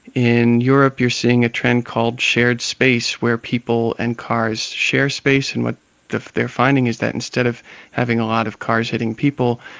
in europe you're seeing a trend called shared space, where people and cars share space, and what they're finding is that instead of having a lot of cars hitting people,